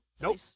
Nope